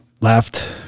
left